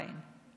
אמרת הן.